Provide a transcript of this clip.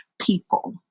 people